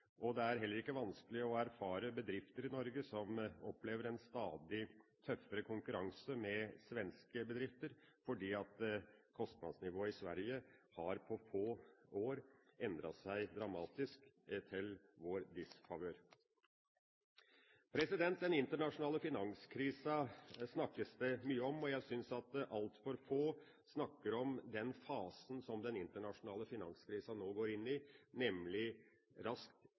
er heller ikke vanskelig å erfare fra bedrifter i Norge, som opplever en stadig tøffere konkurranse med svenske bedrifter, fordi kostnadsnivået i Sverige på få år har endret seg dramatisk i vår disfavør. Den internasjonale finanskrisa snakkes det mye om. Jeg synes at altfor få snakker om den fasen som den internasjonale finanskrisa nå raskt går inn i, nemlig